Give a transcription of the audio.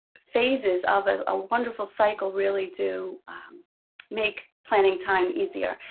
phases of a ah wonderful cycle really do make planning time easier.